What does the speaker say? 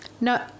No